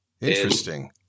Interesting